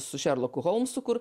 su šerloku holmsu kur